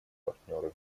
партнеры